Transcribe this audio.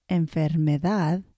enfermedad